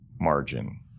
margin